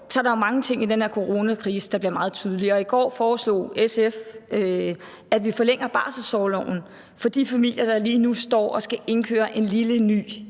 er der jo mange ting i den her coronakrise, som bliver meget tydeligere. I går foreslog SF, at vi forlænger barselsorloven for de familier, der lige nu står og skal indkøre en lille ny